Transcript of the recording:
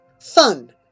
fun